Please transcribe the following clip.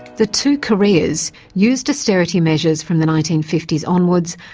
the two koreas used austerity measures from the nineteen fifty s onwards,